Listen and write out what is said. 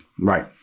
Right